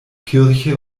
kirche